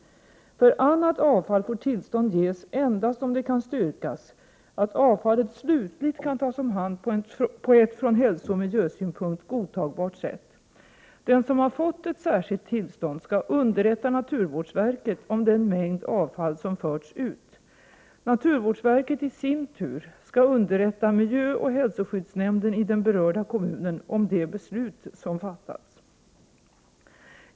För annat avfall får tillstånd ges endast om det kan styrkas att avfallet slutligt kan tas om hand på ett från hälsooch miljösynpunkt godtagbart sätt. Den som har fått ett särskilt tillstånd skall underrätta naturvårdsverket om den mängd avfall som förts ut. Naturvårdsverket i sin tur skall underrätta miljöoch hälsoskyddsnämnden i den berörda kommunen om de beslut som fattats.